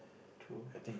true